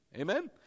Amen